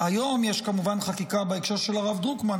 היום יש כמובן חקיקה בהקשר של הרב דרוקמן,